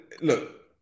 look